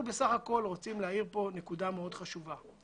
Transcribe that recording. אנחנו בסך הכול רוצים להאיר פה נקודה חשובה מאוד.